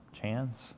chance